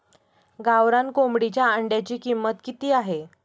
गावरान कोंबडीच्या अंड्याची किंमत किती आहे?